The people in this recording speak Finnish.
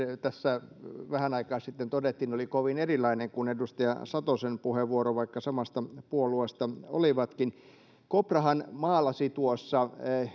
tässä vähän aikaa sitten todettiin oli kovin erilainen kuin edustaja satosen puheenvuoro vaikka samasta puolueesta ovatkin koprahan maalasi tuossa